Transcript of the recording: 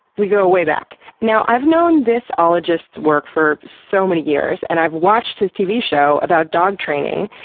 we go way back. now, i've known this ologist's work for so many years, and i've watched his tv show about dog training.